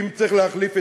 אם צריך להחליף,